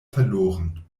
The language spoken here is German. verloren